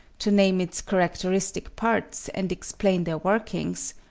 to name its characteristic parts and explain their workings,